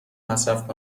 مصرف